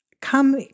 come